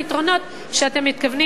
אלא במסגרת סל הפתרונות שאתם מתכוונים